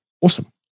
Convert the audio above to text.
Awesome